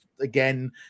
again